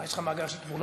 יש לך מאגר של תמונות?